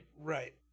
right